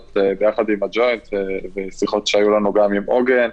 יחד עם הג'וינט ושיחות שהיו לנו גם עם "עוגן",